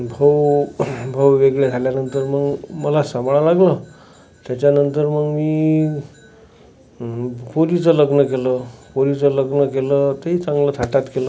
भाऊ भाऊ वेगळे राहिल्यानंतर मग मला सांभाळावं लागलं त्याच्यानंतर मग मी पोरीचं लग्न केलं पोरीचं लग्न केलं तेही चांगलं थाटात केलं